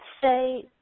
say